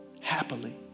Happily